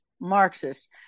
Marxist